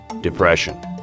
depression